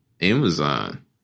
Amazon